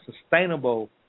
sustainable